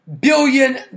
billion